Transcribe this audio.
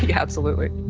yeah absolutely!